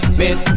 miss